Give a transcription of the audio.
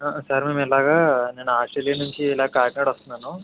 sir నేను ఇలాగ Australia నుంచి ఇలా కాకినాడ వస్తున్నాను